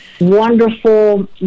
wonderful